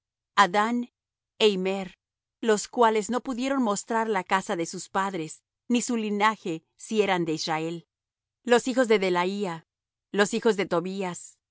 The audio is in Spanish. é immer los cuales no pudieron mostrar la casa de sus padres ni su linaje si eran de israel los hijos de delaía los hijos de tobías